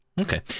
Okay